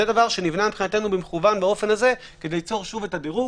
זה נבנה במכוון באופן הזה כדי ליצור שוב את הדירוג.